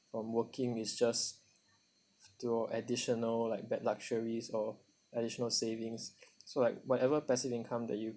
from working is just your additional like that luxuries or additional savings so like whatever passive income that you